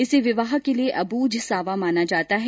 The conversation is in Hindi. इसे विवाह के लिए अब्रुझ सावा माना जाता है